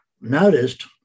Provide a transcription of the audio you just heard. noticed